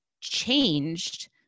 changed